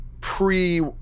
pre